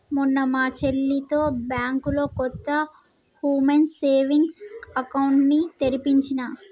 మొన్న మా చెల్లితో బ్యాంకులో కొత్త వుమెన్స్ సేవింగ్స్ అకౌంట్ ని తెరిపించినా